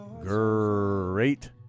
great